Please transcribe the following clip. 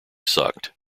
sucked